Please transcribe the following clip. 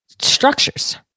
structures